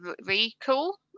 recall